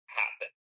happen